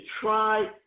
try